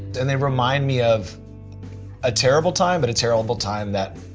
and they remind me of a terrible time but a terrible time that